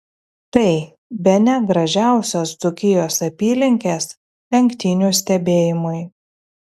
tai bene gražiausios dzūkijos apylinkės lenktynių stebėjimui